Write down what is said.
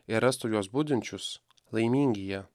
jei rastų juos budinčius laimingi jie